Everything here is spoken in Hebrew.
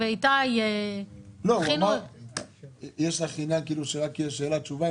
יש לך עניין שתהיה שאלה ותשובה?